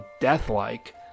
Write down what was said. deathlike